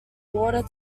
water